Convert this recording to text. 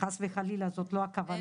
חס וחלילה זאת לא הכוונה.